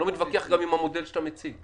אני לא מתווכח גם עם המודל שאתה מציג.